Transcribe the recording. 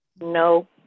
No